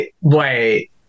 Wait